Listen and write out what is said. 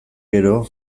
gero